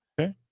okay